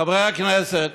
חברי הכנסת,